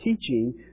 teaching